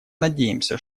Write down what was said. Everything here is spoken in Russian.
надеемся